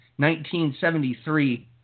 1973